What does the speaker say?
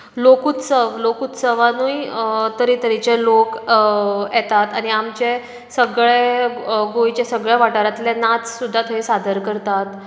लोकोत्सव लोकोत्सवांतूय तरेतरेचे लोक येतात आनी आमचे सगळे गोंयचे सगळे वाठारांतलें नाच सुद्दां थंय सादर करतात